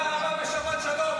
--- תודה רבה ושבת שלום.